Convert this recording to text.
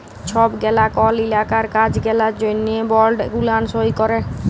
ছব গেলা কল ইলাকার কাজ গেলার জ্যনহে বল্ড গুলান সই ক্যরে